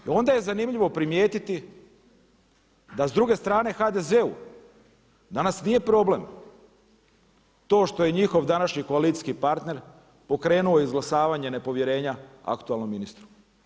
I onda je zanimljivo primijetiti da s druge strane HDZ-u danas nije problem to što je njihov današnji koalicijski partner pokrenuo izglasavanje nepovjerenja aktualnom ministru.